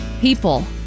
people